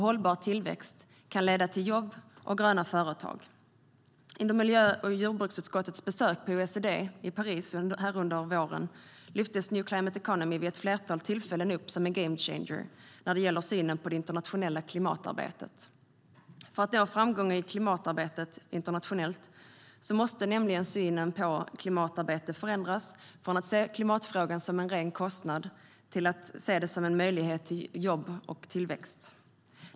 Hållbar tillväxt kan leda till nya jobb och gröna företag. Under miljö och jordbruksutskottets besök på OECD i Paris under våren lyftes new climate economy vid ett flertal tillfällen upp som en game changer när det gäller synen på det internationella klimatarbetet. För att nå framgång i det internationella klimatarbetet måste nämligen synen på klimatarbete förändras från att man ser klimatfrågan som en ren kostnad till att se den som en möjlighet till jobb och tillväxt.